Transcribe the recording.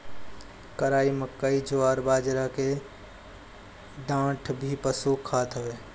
कराई, मकई, जवार, बजरा के डांठ भी पशु खात हवे